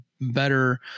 better